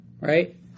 right